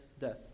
death